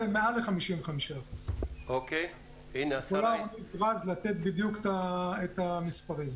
ומעל 55%. אפשר לתת בדיוק את המספרים.